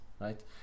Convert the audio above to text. right